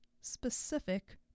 specific